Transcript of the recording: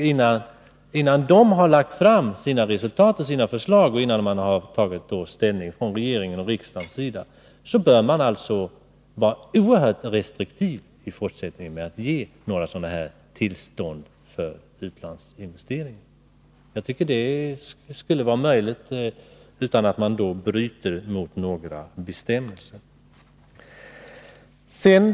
Innan de har lagt fram sina resultat och förslag och innan regering och riksdag har tagit ställning bör man i fortsättningen vara oerhört restriktiv med att ge några tillstånd för utlandsinvesteringar. Industriministern säger att branschen präglas av överkapacitet.